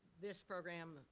this program,